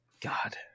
God